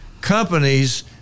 companies